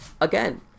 again